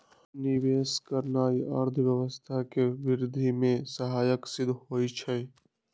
निवेश करनाइ अर्थव्यवस्था के वृद्धि में सहायक सिद्ध होइ छइ